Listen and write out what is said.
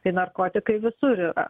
tai narkotikai visur yra